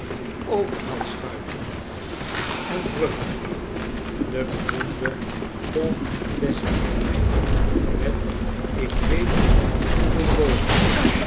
overhaalschuiten en bruggen de beroemde pont d'e sprit met ik weet niet hoeveel bogen